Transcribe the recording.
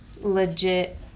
legit